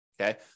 okay